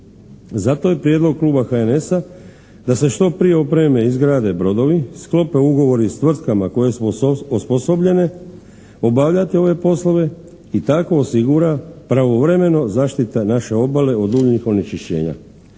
Zato je prijedlog Kluba HNS-a da se što prije opreme i izgrade brodovi, sklope ugovori s tvrtkama koje su osposobljene obavljati ove poslove i tako osigura pravovremeno zaštita naše obale od uljnih onečišćenja.